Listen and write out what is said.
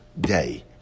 Day